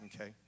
Okay